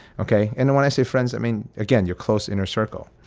okay. and when i say friends, i mean, again, your close inner circle.